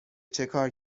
چکار